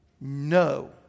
no